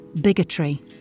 Bigotry